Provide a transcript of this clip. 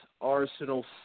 Arsenal